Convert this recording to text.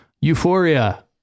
Euphoria